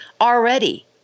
already